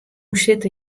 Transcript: sitte